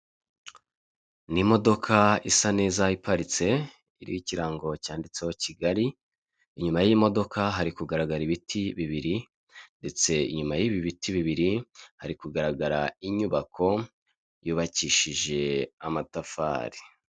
Ni modoka isa neza iparitse iri ikirango cyanditseho Kigali inyuma y'imodoka hari kugaragara ibiti bibiri ndetse inyuma y'ibi biti bibiri hari kugaragara inyubako yubakishije amatafari.